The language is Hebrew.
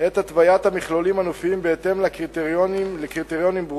את התוויית המכלולים הנופיים בהתאם לקריטריונים ברורים: